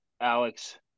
Alex